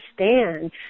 understand